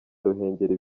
ruhengeri